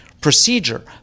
procedure